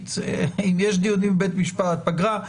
עונתית - אם יש דיונים בבית משפט, פגרה.